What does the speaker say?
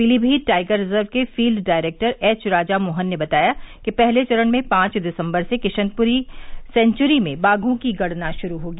Pilibhit tiger reserve के field director H Raja Mohan ने बताया कि पहले चरण में पांच दिसंबर से किशनपुर सेंचुरी में बाघों की गणना शुरू होगी